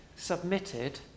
submitted